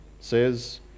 says